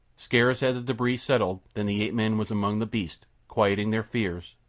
scarce had the debris settled than the ape-man was among the beasts, quieting their fears,